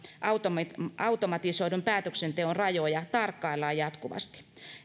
automatisoidun päätöksenteon rajoja tarkkaillaan jatkuvasti